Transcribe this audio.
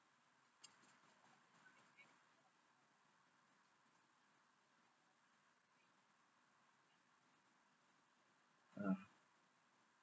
mm